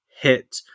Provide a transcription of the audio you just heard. hit